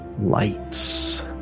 lights